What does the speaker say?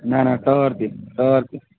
نہَ نہَ ٹٲر تہِ ٹٲر تہِ